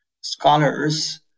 scholars